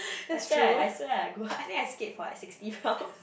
I swear I I swear I go I think I skate for like sixty rounds